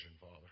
Father